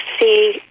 see